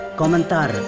komentar